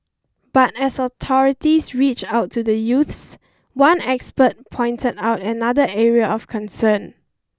but as authorities reach out to the youths one expert pointed out another area of concern